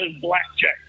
blackjack